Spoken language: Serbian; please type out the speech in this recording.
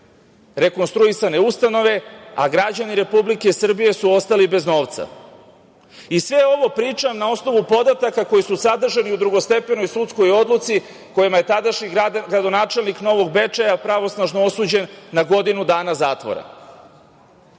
rekonstruisane ustanove, a građani Republike Srbije su ostali bez novca. I sve ovo pričam na osnovu podataka koji su sadržani u drugostepenoj sudskoj odluci kojom je tadašnji gradonačelnik Novog Bečeja pravosnažno osuđen na godinu dana zatvora.